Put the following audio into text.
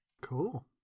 Cool